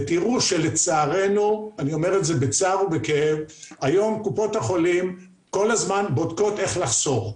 ותראו שלצערנו היום קופות החולים כל הזמן בודקות איך לחסוך,